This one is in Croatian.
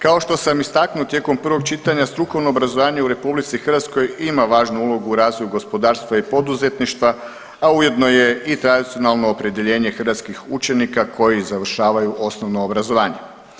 Kao što sam istaknuo tijekom prvog čitanja strukovno obrazovanje u RH ima važnu ulogu u razvoju gospodarstva i poduzetništva, a ujedno je i tradicionalno opredjeljenje hrvatskih učenika koji završavaju osnovno obrazovanje.